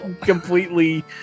completely